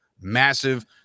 massive